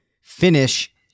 finish